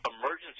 emergency